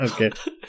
Okay